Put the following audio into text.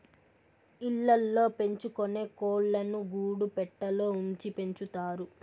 ఇళ్ళ ల్లో పెంచుకొనే కోళ్ళను గూడు పెట్టలో ఉంచి పెంచుతారు